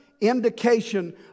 indication